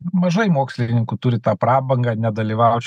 mažai mokslininkų turi tą prabangą nedalyvaut